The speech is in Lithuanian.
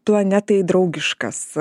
tuo ne tai draugiškas